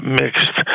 mixed